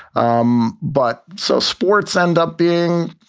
um but so sports end up being,